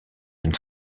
une